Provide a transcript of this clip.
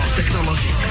technology